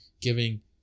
giving